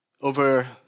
over